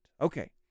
okay